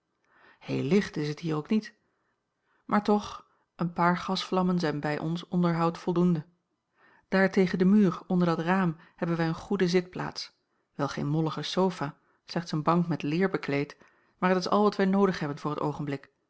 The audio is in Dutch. heel licht is het hier ook niet maar toch een paar gasvlammen zijn bij ons onderhoud voldoende daar tegen den muur onder dat raam hebben wij eene goede zitplaats wel geene mollige sofa slechts eene bank met leer bekleed maar het is al wat wij noodig hebben voor het oogenblik